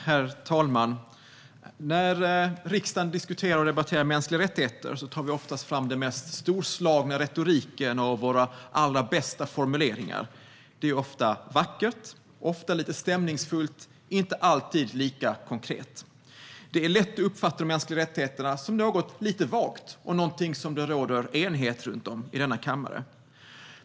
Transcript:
Herr talman! När riksdagen diskuterar och debatterar mänskliga rättigheter tar vi oftast fram den mest storslagna retoriken och våra allra bästa formuleringar. Det är ofta vackert och lite stämningsfullt men inte alltid lika konkret. Det är lätt att uppfatta de mänskliga rättigheterna som något lite vagt och något som det råder enighet om i denna kammare.